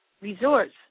resorts